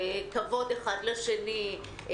כבוד האחד לשני,